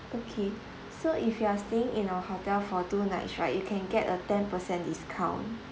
okay so if you're staying in our hotel for two nights right you can get a ten percent discount